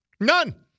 None